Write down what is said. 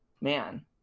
man